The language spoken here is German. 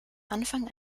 anfang